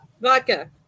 Vodka